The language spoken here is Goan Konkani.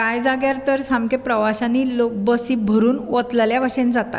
कांय जाग्यार तर सामकें प्रवाश्यांनी लोक बसी भरून ओतलेल्या भशेन जाता